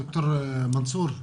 ד"ר מנסור,